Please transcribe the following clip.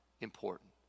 important